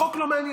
החוק לא מעניין,